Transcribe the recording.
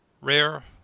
Rare